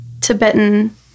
tibetan